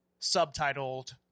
subtitled